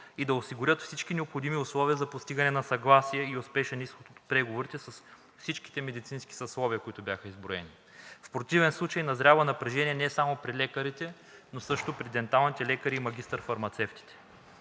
и осигурят всички необходими условия за постигане на съгласие и успешен изход от преговорите с всички медицински съсловия, които бяха изброени. В противен случай назрява напрежение не само при лекарите, но също при денталните лекари и магистър-фармацевтите.